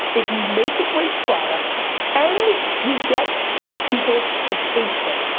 if you make a great product and you get people to taste it,